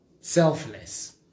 selfless